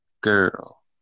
girl